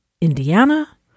Indiana